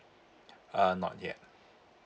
uh not yet